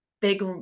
big